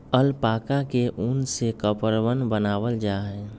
alpaca के उन से कपड़वन बनावाल जा हई